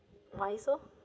why so